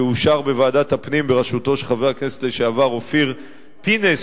שאושר בוועדת הפנים בראשותו של חבר הכנסת לשעבר אופיר פינס,